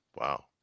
Wow